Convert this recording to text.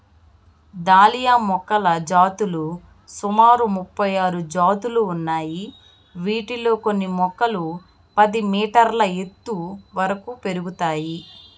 dahlia మొక్కల జాతులు సుమారు ముపై ఆరు జాతులు ఉన్నాయి, వీటిలో కొన్ని మొక్కలు పది మీటర్ల ఎత్తు వరకు పెరుగుతాయి